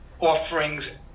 offerings